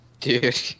Dude